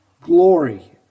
glory